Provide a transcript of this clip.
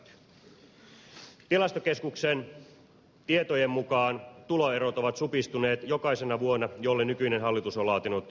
tilastokeskuksen tietojen mukaan tuloerot ovat supistuneet jokaisena vuonna jolle nykyinen hallitus on laatinut valtion talousarvion